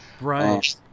Right